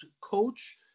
coach